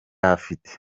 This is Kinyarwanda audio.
afite